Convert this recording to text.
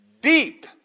deep